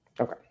Okay